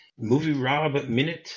movierobminute